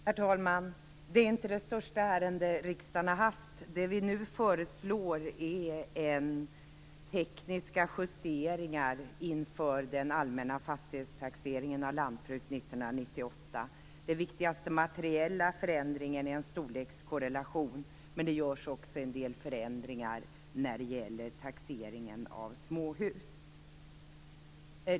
Herr talman! Det här är inte det största ärendet riksdagen har haft. Det vi nu föreslår är tekniska justeringar inför den allmänna fastighetstaxeringen av lantbruk 1998. Den viktigaste materiella förändringen är en storlekskorrelation. Men det görs också en del förändringar när det gäller taxeringen av småhus.